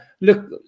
look